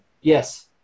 Yes